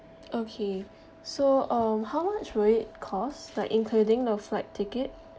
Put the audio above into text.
okay so um how much will it cost like including the flight ticket